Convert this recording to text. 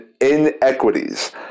inequities